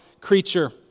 creature